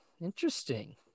Interesting